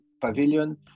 Pavilion